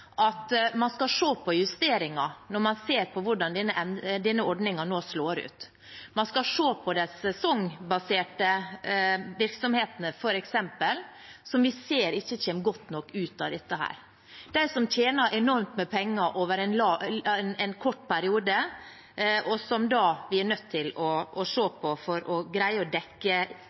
at man skal se på justeringer når man ser på hvordan denne ordningen slår ut. Man skal f.eks. se på de sesongbaserte virksomhetene, som vi ser ikke kommer godt nok ut av dette – de som tjener enormt med penger over en kort periode, og som vi er nødt til å se på for å greie å dekke